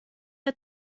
der